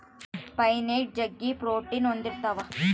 pine nut ಜಗ್ಗಿ protein ಹೊಂದಿರ್ತವ